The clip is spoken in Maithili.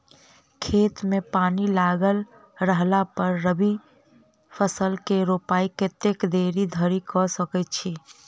खेत मे पानि लागल रहला पर रबी फसल केँ रोपाइ कतेक देरी धरि कऽ सकै छी?